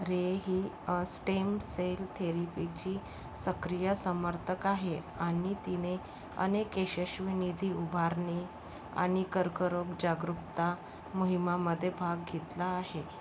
रे ही stem cell थेरिपीची सक्रिय समर्थक आहे आणि तिने अनेक यशस्वी निधीउभारणी आणि कर्करोग जागरूकता मोहिमांमध्ये भाग घेतला आहे